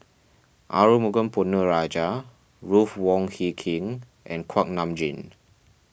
Arumugam Ponnu Rajah Ruth Wong Hie King and Kuak Nam Jin